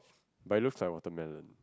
but it looks like watermelon